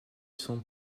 son